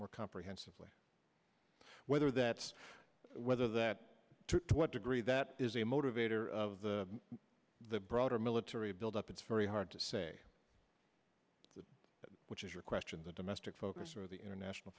more comprehensively whether that's whether that to what degree that is a motivator of the broader military buildup it's very hard to say which is your question the domestic focus or the international